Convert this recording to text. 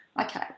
Okay